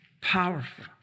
powerful